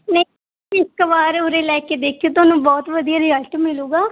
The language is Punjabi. ਨਹੀਂ ਇੱਕ ਵਾਰ ਉਰੇ ਲੈ ਕੇ ਦੇਖਿਓ ਤੁਹਾਨੂੰ ਬਹੁਤ ਵਧੀਆ ਰਿਜਲਟ ਮਿਲੂਗਾ